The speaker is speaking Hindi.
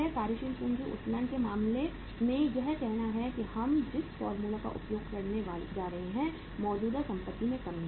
कार्यशील पूंजी उत्तोलन के मामले में यह कहना है कि हम जिस फार्मूला का उपयोग करने जा रहे हैं मौजूदा संपत्ति में कमी है